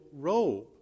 robe